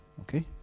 okay